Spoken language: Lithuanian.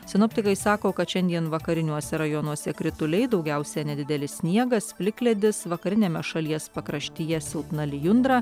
sinoptikai sako kad šiandien vakariniuose rajonuose krituliai daugiausia nedidelis sniegas plikledis vakariniame šalies pakraštyje silpna lijundra